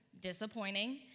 disappointing